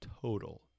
total